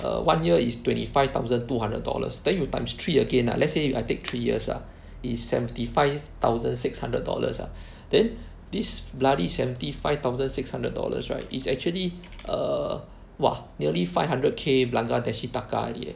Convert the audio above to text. err one year is twenty five thousand two hundred dollars then you times three again lah let's say if I take three years ah is seventy five thousand six hundred dollars ah then this bloody seventy five thousand six hundred dollars right is actually err !wah! nearly five hundred K bangladeshi taka already eh